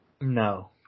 No